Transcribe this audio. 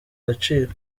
agaciro